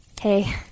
Hey